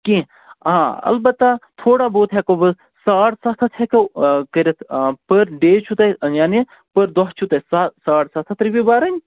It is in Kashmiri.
کیٚنہہ آ اَلبتہ تھوڑا بہت ہٮ۪کو بہٕ ساڑ سَتھ ہَتھ ہٮ۪کو کٔرِتھ پٔر ڈے چھُو تۄہہِ یعنی پٔر ڈے دۄہ چھُو تۄہہِ سا ساڑ سَتھ ہَتھ رۄپیہِ بَرٕنۍ